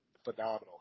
phenomenal